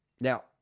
Now